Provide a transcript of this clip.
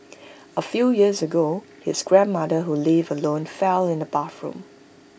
A few years ago his grandmother who lived alone fell in the bathroom